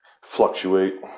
Fluctuate